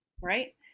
Right